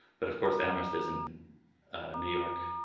but of course amherst isn't new york,